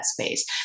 space